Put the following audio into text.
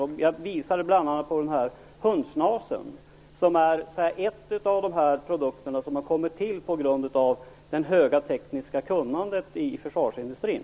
Bl.a. tog jag upp den s.k. hundnosen, som är en av de produkter som har kommit till på grund av det höga tekniska kunnandet i försvarsindustrin.